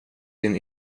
din